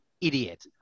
idiot